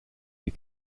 you